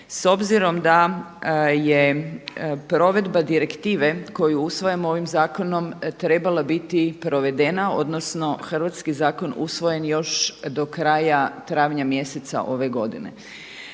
s obzirom da je provedba direktive usvajamo ovim zakonom trebala biti provedena odnosno hrvatski zakon usvojen još do kraja travnja mjeseca ove godine.